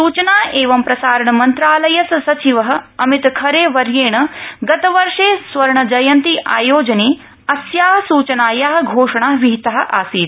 सुचना एवञ्च प्रसारण मन्त्रालयस्य सचिव अमित खरे वर्येण गतवर्षे स्वर्ण जयन्ती आयोजने अस्या सूचनाया घोषणा विहिता आसीत्